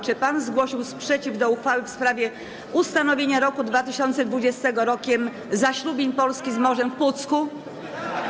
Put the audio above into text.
Czy pan zgłosił sprzeciw do uchwały w sprawie ustanowienia roku 2020 Rokiem Zaślubin Polski z Morzem w Pucku?